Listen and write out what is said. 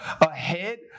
ahead